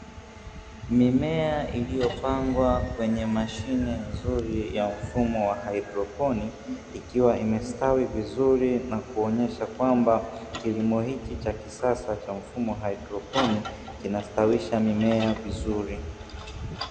Mimea iliyopangwa kwenye mashine nzuri ya mfumo wa haidroponi, ikiwa imestawi vizuri na kuonyesha kwamba kilimo hiki cha kisasa cha mfumo wa haidroponi kinastawisha mimea vizuri.